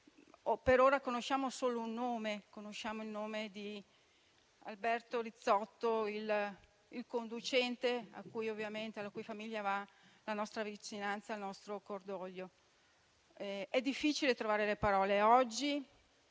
Per ora conosciamo solo un nome, quello di Alberto Rizzotto, il conducente: alla sua famiglia vanno la nostra vicinanza e il nostro cordoglio. È difficile trovare le parole, oggi: